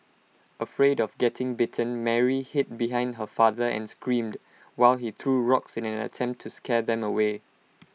afraid of getting bitten Mary hid behind her father and screamed while he threw rocks in an attempt to scare them away